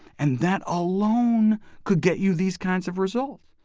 and that alone could get you these kinds of results.